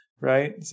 right